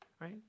right